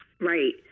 Right